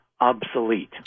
obsolete